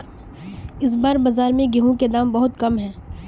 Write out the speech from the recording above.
इस बार बाजार में गेंहू के दाम बहुत कम है?